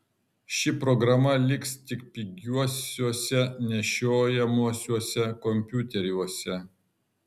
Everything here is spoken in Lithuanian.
ši programa liks tik pigiuosiuose nešiojamuosiuose kompiuteriuose